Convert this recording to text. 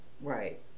Right